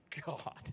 God